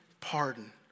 pardon